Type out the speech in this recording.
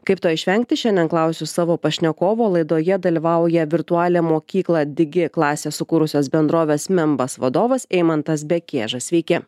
kaip to išvengti šiandien klausiu savo pašnekovo laidoje dalyvauja virtualią mokyklą digi klasę sukūrusios bendrovės membas vadovas eimantas bekėža sveiki